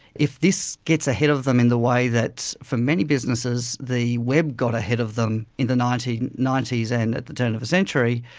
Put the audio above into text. if this gets ahead of them in the way that for many businesses the web got ahead of them in the nineteen ninety s and at the turn of the century,